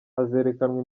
hazerekanwa